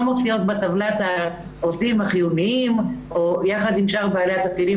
מופיעות בטבלת העובדים החיוניים יחד עם שאר בעלי התפקידים